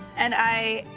and i,